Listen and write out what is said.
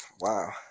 Wow